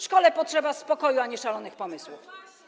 Szkole potrzeba spokoju, a nie szalonych pomysłów.